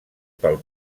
pel